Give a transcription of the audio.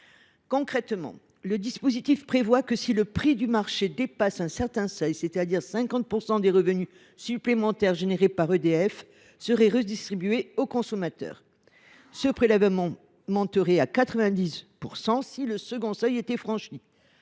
Concrètement, le dispositif prévoit que si le prix du marché dépasse un certain seuil, 50 % des revenus supplémentaires générés par EDF seraient redistribués aux consommateurs. Ce prélèvement s’élèverait à 90 % si un second seuil était franchi.